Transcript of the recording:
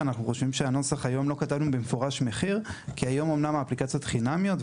בנוסח לא כתבנו במפורש לגבי המחיר כי היום אמנם האפליקציות הן חינמיות,